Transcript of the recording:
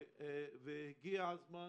הגיע הזמן,